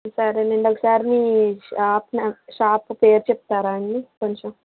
సరేనండీ ఒకసారి మీ షాప్ షాప్ పేరు చెప్తారా అండీ కొంచం